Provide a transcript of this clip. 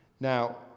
Now